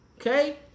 Okay